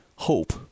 Hope